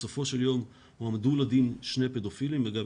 בסופו של יום הועמדו לדין שני פדופילים - אגב,